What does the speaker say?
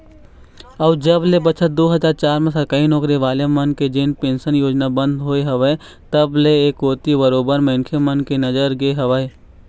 अउ जब ले बछर दू हजार चार म सरकारी नौकरी वाले मन के जेन पेंशन योजना बंद होय हवय तब ले ऐ कोती बरोबर मनखे मन के नजर गे हवय